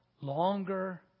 longer